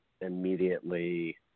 immediately